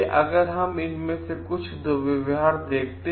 अब हम इनमे से कुछ दुर्व्यवहार देखते हैं